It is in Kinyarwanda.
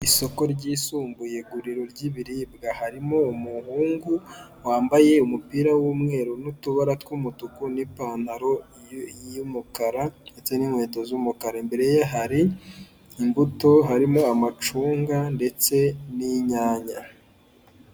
Isoko ryisumbuye iguriro ry'ibiribwa harimo umuhungu wambaye umupira w'umweru n'utubara tw'umutuku n'ipantaro y'umukara ndetse n'inkweto z'umukara. Imbere ye hari imbuto harimo amacunga ndetse n'inyanya.